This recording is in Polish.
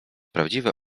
prawdziwe